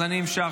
אז אני המשכתי.